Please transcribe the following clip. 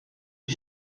les